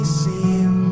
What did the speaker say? seem